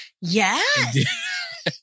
Yes